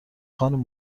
خانم